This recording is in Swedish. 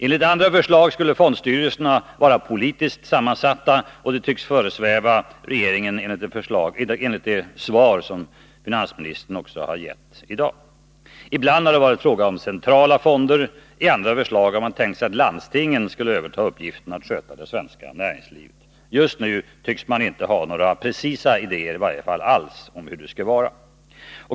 Enligt andra förslag skulle fondstyrelserna vara politiskt sammansatta, och det tycks föresväva regeringen nu att döma av det svar som finansministern har givit. Ibland har det varit fråga om centrala fonder, i andra förslag har man tänkt sig att landstingen skulle överta uppgiften att sköta det svenska näringslivet. Just nu tycks man inte ha några precisa idéer alls om hur det skall vara.